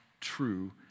true